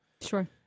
Sure